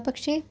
പക്ഷെ